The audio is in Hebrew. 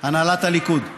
הנהלת הליכוד.